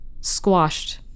Squashed